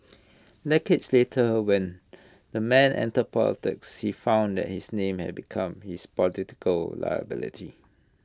decades later when the man entered politics he found that his name had become his political liability